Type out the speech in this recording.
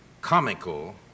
comical